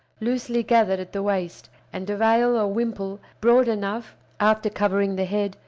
loosely gathered at the waist, and a veil or wimple broad enough, after covering the head,